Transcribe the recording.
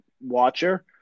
watcher